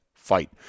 Fight